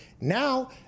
Now